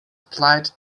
applied